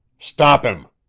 stop him!